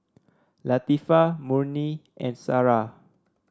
Latifa Murni and Sarah